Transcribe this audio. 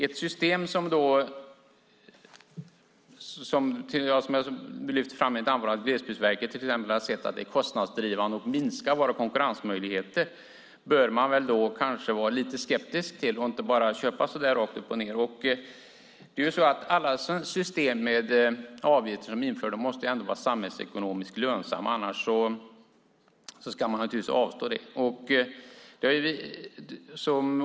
Ett system - som lyfts fram i ett anförande - som Glesbygdsverket till exempel sagt är kostnadsdrivande och minskar våra konkurrensmöjligheter bör man kanske vara lite skeptisk till och inte bara köpa rakt upp och ned. Alla system med avgifter som införs måste vara samhällsekonomiskt lönsamma. Om inte ska man naturligtvis avstå från sådana system.